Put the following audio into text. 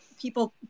people